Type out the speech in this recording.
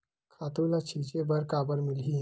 खातु ल छिंचे बर काबर मिलही?